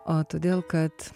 o todėl kad